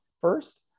first